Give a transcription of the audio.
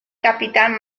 capitan